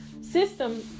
system